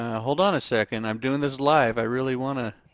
hold on a second i'm doing this live, i really want to.